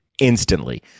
instantly